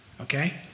okay